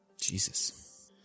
Jesus